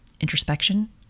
introspection